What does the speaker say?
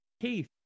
Keith